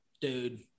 dude